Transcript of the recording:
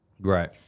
Right